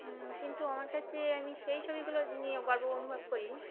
কিন্তু আমার কাছে আমি সেই ছবিগুলো নিয়ে গর্ব অনুভব করি